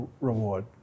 reward